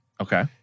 Okay